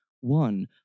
One